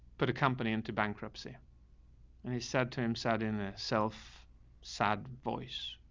but a company into bankruptcy and he said to him, sat in a self sad voice.